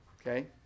Okay